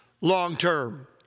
long-term